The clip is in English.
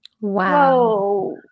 wow